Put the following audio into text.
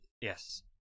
Yes